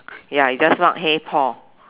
ya you just mark hey paul